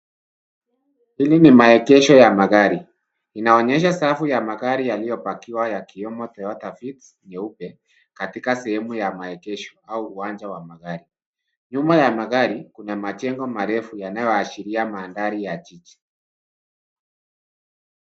Hili ni maegesho ya magari. Inaonyesha safu ya magari yaliyo pakiwa yakiwemo [cs ] Toyota vitz[cs ] nyeupe katika sehemu ya maegesho au uwanja wa magari. Nyuma ya magari kuna majengo marefu yanayoashiria mandhari ya jiji.